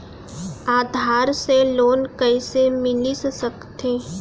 आधार से लोन कइसे मिलिस सकथे?